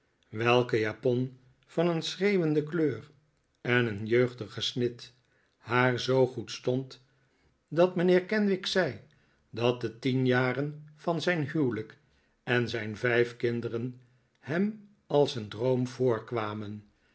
welke japon van een schreeuwende kleur en een jeugdige snit haar zoo goed stond dat mijnheer kenwigs zei dat de tien jaren van zijn huwelijk en zijn vijf kinderen hem als een droom voorkwamen